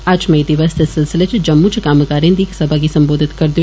अज्ज मई दिवस दे सिलसिले च जम्मू च कम्मगारे दी इक सभा गी सम्बोधित करदे होई